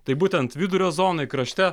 tai būtent vidurio zonoj krašte